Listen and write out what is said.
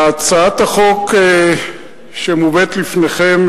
הצעת החוק שמובאת לפניכם,